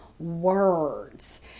words